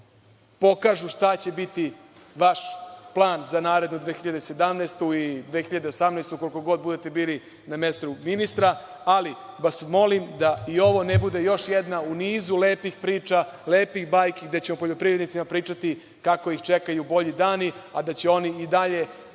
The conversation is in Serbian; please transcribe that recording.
pokažu šta će biti vaš plan za narednu 2017. i 2018. godinu, koliko god budete bili na mestu ministra, ali vas molim da ovo ne bude još jedna u nizu lepih priča, lepih bajki, gde ćemo poljoprivrednicima pričati da ih čekaju bolji dani, a da će oni i dalje